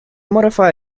modify